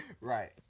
right